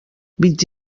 vint